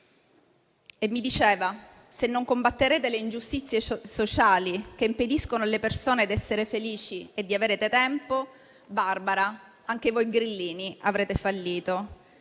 Mi diceva: se non combatterete le ingiustizie sociali che impediscono alle persone di essere felici e di avere tempo, Barbara, anche voi grillini avrete fallito.